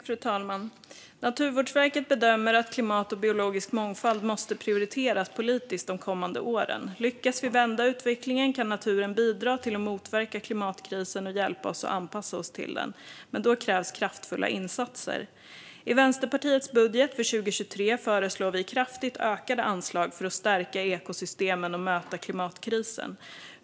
Fru talman! Naturvårdsverket bedömer att klimat och biologisk mångfald måste prioriteras politiskt de kommande åren. Lyckas vi vända utvecklingen kan naturen bidra till att motverka klimatkrisen och hjälpa oss att anpassa oss till den, men då krävs kraftfulla insatser. I Vänsterpartiets budget för 2023 föreslår vi kraftigt ökade anslag för att stärka ekosystemen och möta klimatkrisen.